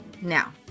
now